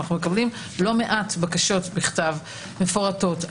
אנו מקבלים לא מעט בקשות בכתב מפורטות.